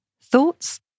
Thoughts